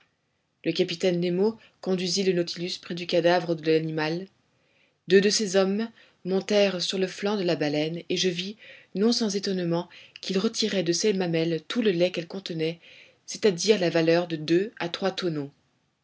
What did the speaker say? le capitaine nemo conduisit le nautilus près du cadavre de l'animal deux de ses hommes montèrent sur le flanc de la baleine et je vis non sans étonnement qu'ils retiraient de ses mamelles tout le lait qu'elles contenaient c'est-à-dire la valeur de deux à trois tonneaux